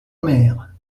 mer